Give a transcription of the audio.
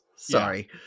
Sorry